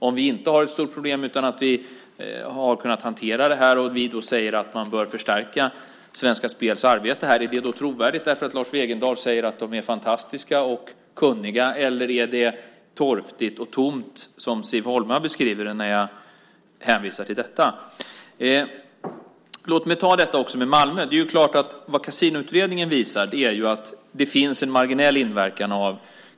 Om vi inte har ett stort problem utan har kunnat hantera det här och vi då säger att Svenska Spels arbete bör förstärkas, är det då trovärdigt därför att Lars Wegendal säger att de är fantastiska och kunniga? Eller är det torftigt och tomt som Siv Holma beskriver när jag hänvisar till detta? Låt mig ta också detta med Malmö. Vad Kasinoutredningen visar är att kasinoverksamheten har en marginell inverkan.